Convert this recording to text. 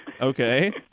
Okay